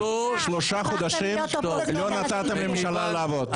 שלושה חודשים לא נתתם לממשלה לעבוד.